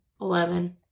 Eleven